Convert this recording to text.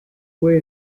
fue